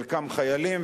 חלקם חיילים,